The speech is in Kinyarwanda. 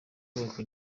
kubaka